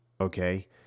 Okay